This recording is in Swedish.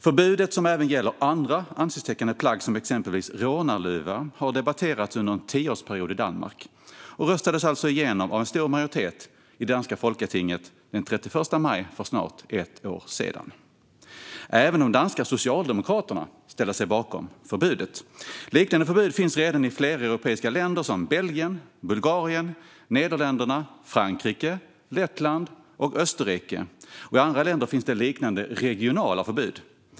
Förbudet, som även gäller andra ansiktstäckande plagg som exempelvis rånarluva, har debatterats under en tioårsperiod i Danmark och röstades igenom av en stor majoritet i det danska folketinget den 31 maj för snart ett år sedan. Även de danska socialdemokraterna ställde sig bakom förbudet. Liknande förbud finns redan i flera europeiska länder såsom Belgien, Bulgarien, Nederländerna, Frankrike, Lettland och Österrike. I andra länder finns det liknande regionala förbud.